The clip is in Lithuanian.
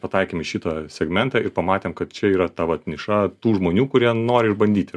pataikėm į šitą segmentą ir pamatėm kad čia yra ta va niša tų žmonių kurie nori išbandyti